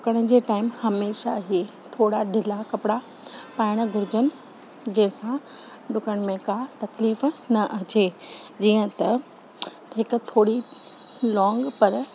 डुकण जे टाइम हमेशह ई थोरा ढिला कपिड़ा पाइण घुरजनि जंहिंसां डुकण में का तकलीफ़ न अचे जीअं त हिक थोरी लौंग पर